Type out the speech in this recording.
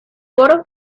coro